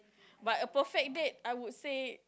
but a perfect date I would say